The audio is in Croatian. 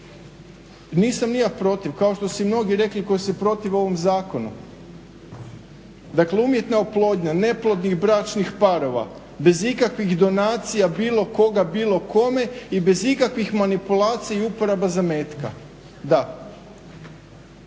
nisam ni ja protiv kao što su i mnogi rekli koji se protive ovom zakonu. Dakle, umjetna oplodnja neplodnih bračnih parova bez ikakvih donacija bilo koga, bilo kome i bez ikakvih manipulacija i uporaba zametka. Da,